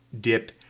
dip